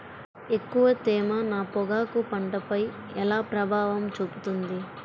ఎక్కువ తేమ నా పొగాకు పంటపై ఎలా ప్రభావం చూపుతుంది?